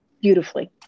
beautifully